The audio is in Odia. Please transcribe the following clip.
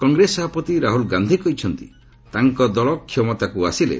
କଂଗ୍ରେସ ସଭାପତି ରାହ୍ରଲ୍ ଗାନ୍ଧି କହିଛନ୍ତି ତାଙ୍କ ଦଳ କ୍ଷମତାକ୍ ଆସିଲେ